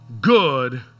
Good